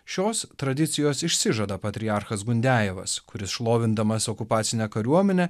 šios tradicijos išsižada patriarchas bundejevas kuris šlovindamas okupacinę kariuomenę